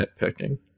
nitpicking